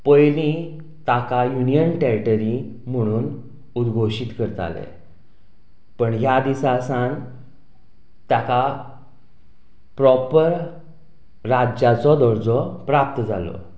पयलीं ताका union territory म्हणून उद्घोशीत करताले पण ह्या दिसा सान ताका प्रोपर राज्याचो दर्जो प्राप्त जालो